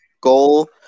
goal